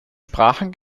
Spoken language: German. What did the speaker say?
sprachen